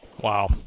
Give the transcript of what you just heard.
Wow